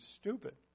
stupid